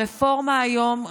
הרפורמה היום,